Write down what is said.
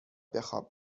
بخواب